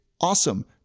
awesome